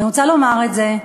אני רוצה לומר את זה,